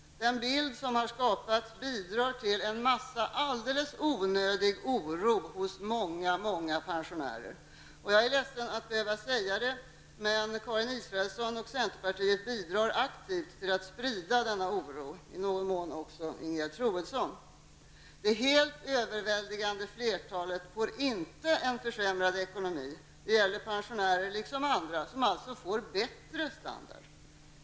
Den bild som har skapats bidrar till en massa alldeles onödig oro hos många pensionärer. Jag är ledsen över att behöva säga det, men centern och i någon mån också Ingegerd Troedsson bidrar aktivt till att sprida denna onödiga oro. Det helt överväldigande flertalet får inte en försämrad ekonomi. De flesta pensionärer, liksom andra, får det bättre.